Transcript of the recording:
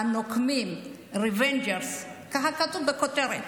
הנוקמים, revengers, ככה כתוב בכותרת.